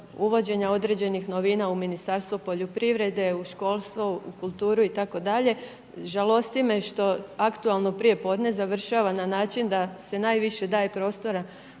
uvođenja određenih novina u Ministarstvo poljoprivrede, u školstvo, u kulturu itd. Žalosti me što aktualno prijepodne završava na način da se najviše daje prostora